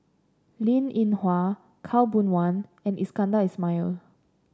Linn In Hua Khaw Boon Wan and Iskandar Ismail